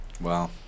Wow